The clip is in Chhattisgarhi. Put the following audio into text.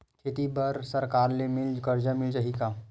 खेती बर सरकार ले मिल कर्जा मिल जाहि का?